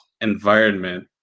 environment